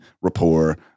rapport